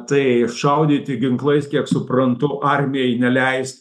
tai šaudyti ginklais kiek suprantu armijai neleist